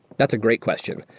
that's a great question.